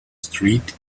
street